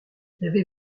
n’avez